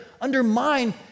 undermine